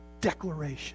declaration